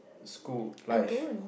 school life